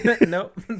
Nope